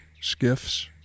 skiffs